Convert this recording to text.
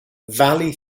valley